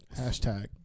Hashtag